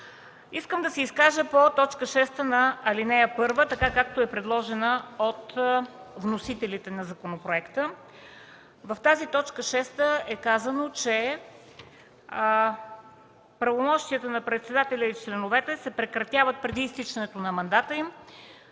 Искам да се изкажа по т. 6 на ал. 1, както е предложена от вносителите на законопроекта. В нея е казано, че правомощията на председателя и членовете се прекратяват преди изтичането на мандата им